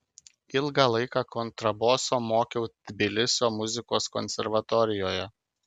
ilgą laiką kontraboso mokiau tbilisio muzikos konservatorijoje